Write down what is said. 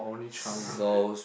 so she